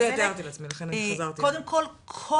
קודם כל,